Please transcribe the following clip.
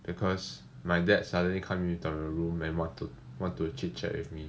because my dad suddenly came into my room and want to want to chit chat with me